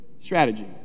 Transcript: strategy